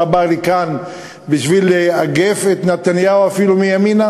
אתה בא לכאן בשביל לאגף את נתניהו אפילו מימין?